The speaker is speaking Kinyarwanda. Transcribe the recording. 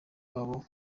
wabo